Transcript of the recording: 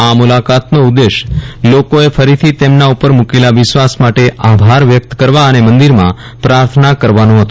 આ મુલાકાતનો ઉદ્દેશ્ય લોકોએ ફરીથી તેમના ઉપર મૂકેલા વિશ્વાસ માટે આભાર વ્યક્ત કરવા અને મંદિરમાં પ્રાર્થના કરવાનો હતો